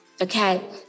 okay